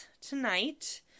tonight